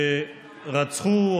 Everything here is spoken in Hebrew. שרצחו,